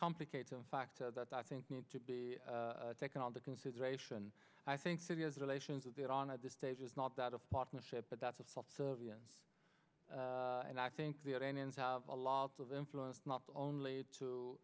complicate the fact that i think need to be taken into consideration i think syria's relations with iran at this stage is not that of partnership but that's a fact and i think the iranians have a lot of influence not only to